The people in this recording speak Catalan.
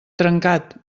trencat